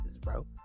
bro